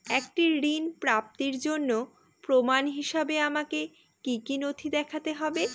একটি ঋণ প্রাপ্তির জন্য প্রমাণ হিসাবে আমাকে কী কী নথি দেখাতে হবে?